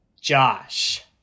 Josh